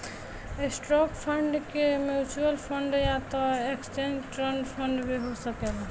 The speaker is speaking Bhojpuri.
स्टॉक फंड के म्यूच्यूअल फंड या त एक्सचेंज ट्रेड फंड भी हो सकेला